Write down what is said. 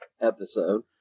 episode